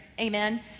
amen